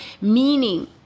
meaning